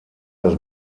das